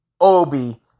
Obi